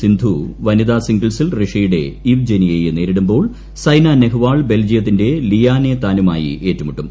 സിന്ധു വനിതാ സിംഗിൾസിൽ റഷ്യയുടെ ഇവ്ജെനിയയെ നേരിടുമ്പോൾ സൈന നെഹ്വാൾ ബെൽജിയത്തിന്റെ ലിയാനേ താനുമായി ഏറ്റുമുട്ടും